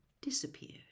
disappeared